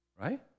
Right